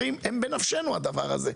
בנפשנו הדבר הזה.